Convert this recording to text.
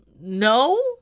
no